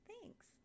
thanks